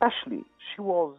aš lyg šiol